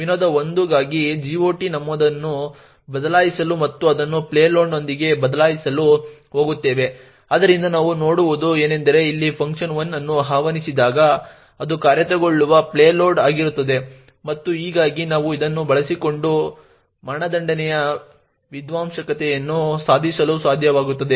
ವಿನೋದ 1 ಗಾಗಿ GOT ನಮೂದನ್ನು ಬದಲಾಯಿಸಲು ಮತ್ತು ಅದನ್ನು ಪೇಲೋಡ್ನೊಂದಿಗೆ ಬದಲಾಯಿಸಲು ಹೋಗುತ್ತೇವೆ ಆದ್ದರಿಂದ ನಾವು ನೋಡುವುದು ಏನೆಂದರೆ ಇಲ್ಲಿ fun1 ಅನ್ನು ಆಹ್ವಾನಿಸಿದಾಗ ಅದು ಕಾರ್ಯಗತಗೊಳ್ಳುವ ಪೇಲೋಡ್ ಆಗಿರುತ್ತದೆ ಮತ್ತು ಹೀಗಾಗಿ ನಾವು ಡಬಲ್ ಫ್ರೀ ಅನ್ನು ಬಳಸಿಕೊಂಡು ವಿಧ್ವಂಸಕತೆಯನ್ನು ಸಾಧಿಸಲು ಸಾಧ್ಯವಾಗುತ್ತದೆ